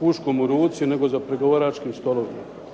puškom u ruci nego za pregovaračkim stolom.